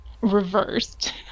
reversed